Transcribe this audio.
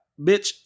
Bitch